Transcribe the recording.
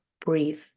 breathe